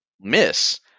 miss